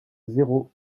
zéro